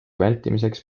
vältimiseks